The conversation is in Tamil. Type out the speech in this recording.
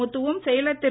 முத்து வும் செயலர் திரு